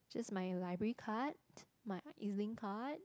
just my library card my EZLink card